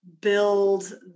build